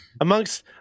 amongst